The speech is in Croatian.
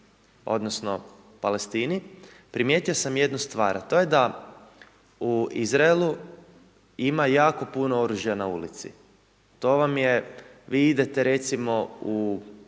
odnosno Palestini, primijetio sam jednu stvar, a to je da u Izraelu ima jako puno oružja na ulici. To vam je, vi idete recimo u